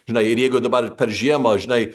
žinai ir jeigu dabar per žiemą žinai